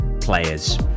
players